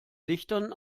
lichtern